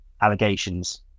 allegations